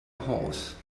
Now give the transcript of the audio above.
horse